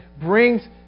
brings